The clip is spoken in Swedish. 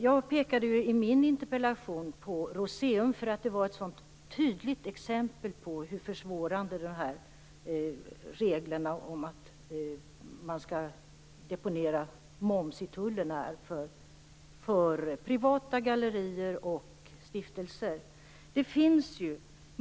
Jag pekar i min interpellation på Rooseum, som är ett tydligt exempel på hur försvårande reglerna om att man skall deponera moms i tullen här är för privata gallerier och stiftelser.